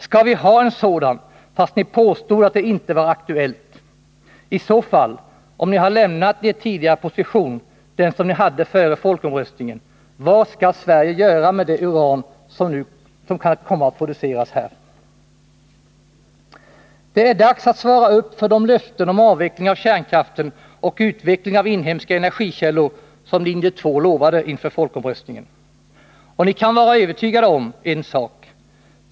Skall vi ha en sådan, fast ni påstod att det inte var aktuellt? I så fall, om ni har lämnat er tidigare position, den som ni hade före folkomröstningen, vad skall Sverige göra med det uran som kan komma att produceras här? Det är dags att infria de löften om avveckling av kärnkraft och utveckling av inhemska energikällor som linje 2 gav inför folkomröstningen. Och ni kan vara övertygade om en sak.